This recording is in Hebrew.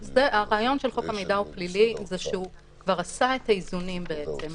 הרעיון של חוק המידע הפלילי זה שהוא כבר עשה את האיזונים בעצם.